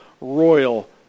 royal